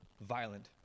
violent